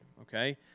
okay